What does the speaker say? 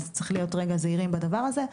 אז צריך להיות רגע זהירים בדבר הזה,